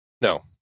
No